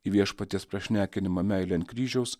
į viešpaties prašnekinimą meilė ant kryžiaus